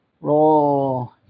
Roll